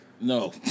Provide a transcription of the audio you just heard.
No